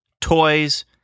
toys